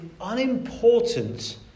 unimportant